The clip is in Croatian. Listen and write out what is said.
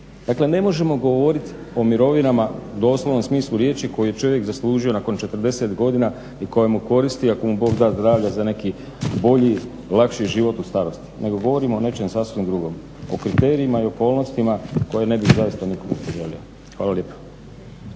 Dakle, ne možemo govoriti o mirovinama u doslovnom smislu riječi koju je čovjek zaslužio nakon 40 godina i koja mu koristi ako mu Bog da zdravlja za neki bolji, lakši život u starosti, nego govorim o nečem sasvim drugom o kriterijima i okolnostima koje ne bih zaista nikom poželio. Hvala lijepo.